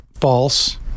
false